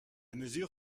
mesure